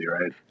right